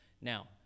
Now